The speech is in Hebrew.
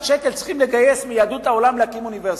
שקלים מיהדות העולם כדי להקים אוניברסיטה.